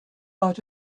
out